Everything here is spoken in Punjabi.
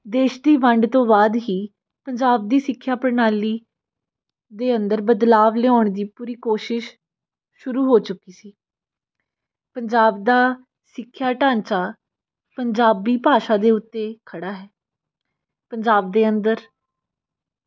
ਦੇਸ਼ ਦੀ ਵੰਡ ਤੋਂ ਬਾਅਦ ਹੀ ਪੰਜਾਬ ਦੀ ਸਿੱਖਿਆ ਪ੍ਰਣਾਲੀ ਦੇ ਅੰਦਰ ਬਦਲਾਵ ਲਿਆਉਣ ਦੀ ਪੂਰੀ ਕੋਸ਼ਿਸ਼ ਸ਼ੁਰੂ ਹੋ ਚੁੱਕੀ ਸੀ ਪੰਜਾਬ ਦਾ ਸਿੱਖਿਆ ਢਾਂਚਾ ਪੰਜਾਬੀ ਭਾਸ਼ਾ ਦੇ ਉੱਤੇ ਖੜਾ ਹੈ ਪੰਜਾਬ ਦੇ ਅੰਦਰ